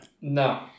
No